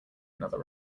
another